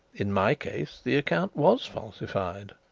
in my case the account was falsified.